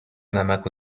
نمک